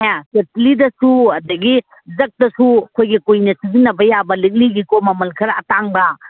ꯑꯅꯦ ꯀꯦꯠꯇꯂꯤꯗꯁꯨ ꯑꯗꯒꯤ ꯖꯛꯇꯁꯨ ꯑꯩꯈꯣꯏꯒꯤ ꯀꯨꯏꯅ ꯁꯤꯖꯤꯟꯅꯕ ꯌꯥꯕ ꯂꯤꯛꯂꯤꯒꯤꯀꯣ ꯃꯃꯟ ꯈꯔ ꯑꯇꯥꯡꯕ